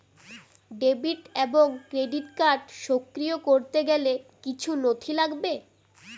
Debit এবং credit card সক্রিয় করতে গেলে কিছু নথি লাগবে?